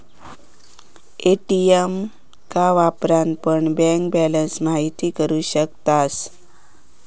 ATM का वापरान पण बँक बॅलंस महिती करू शकतास